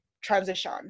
transition